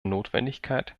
notwendigkeit